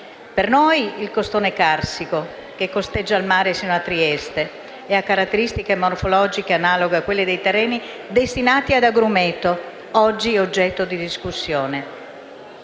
per noi il costone carsico, che costeggia il mare sino a Trieste e ha caratteristiche morfologiche analoghe a quelle dei terreni destinati ad agrumeto, oggi oggetto di discussione.